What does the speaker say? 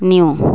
নিও